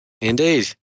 Indeed